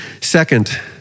Second